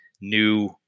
new